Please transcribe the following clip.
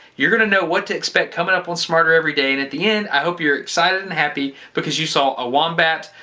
you're gonna know what to expect coming up on smarter every day and at the end i hope you're excited and happy because you saw a wombat,